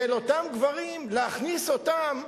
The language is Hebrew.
שאותם גברים, להכניס אותם,